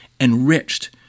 enriched